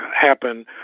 happen